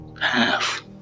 half